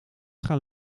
gaan